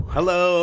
Hello